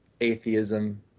atheism